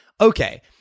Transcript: okay